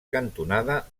cantonada